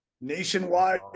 nationwide